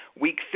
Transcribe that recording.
week